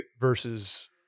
versus